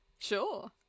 Sure